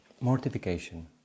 mortification